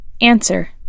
Answer